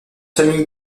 familles